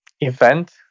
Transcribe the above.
event